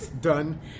Done